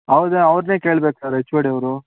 ಅವ್ದೆ ಅವ್ರನ್ನೇ ಕೇಳ್ಬೇಕು sir H O D ಅವರು